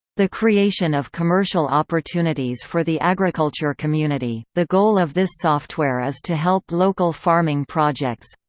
the creation of commercial opportunities for the agriculture community the goal of this software is to help local farming projects